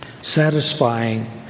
Satisfying